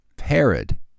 Herod